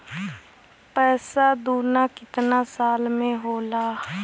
पैसा दूना कितना साल मे होला?